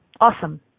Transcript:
Awesome